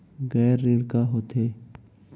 गैर ऋण का होथे?